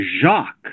Jacques